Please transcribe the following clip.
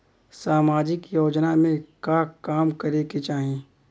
सामाजिक योजना में का काम करे के चाही?